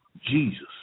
Jesus